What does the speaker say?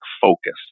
focus